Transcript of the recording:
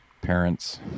parents